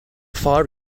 far